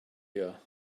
here